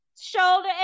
shoulder